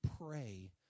pray